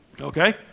Okay